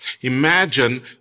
Imagine